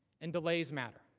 and delays matter.